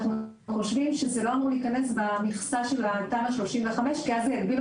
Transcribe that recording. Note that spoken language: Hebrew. אנחנו חושבים שזה לא אמור להיכנס במכסה כי אז יביאו